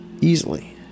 easily